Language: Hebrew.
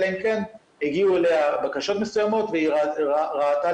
אלא אם כן הגיעו אליה בקשות מסוימות והוועדה